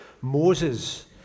Moses